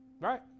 right